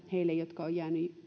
heille jotka ovat